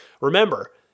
Remember